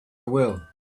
will